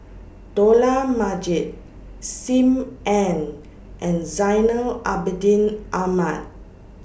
Dollah Majid SIM Ann and Zainal Abidin Ahmad